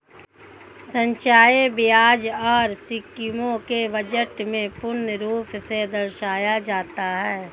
संचय व्यय और स्कीमों को बजट में पूर्ण रूप से दर्शाया जाता है